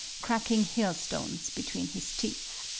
cracking hailstones between his teeth.